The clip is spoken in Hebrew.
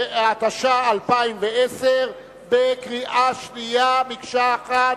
התש"ע 2010, בקריאה שנייה במקשה אחת.